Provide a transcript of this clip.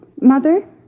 Mother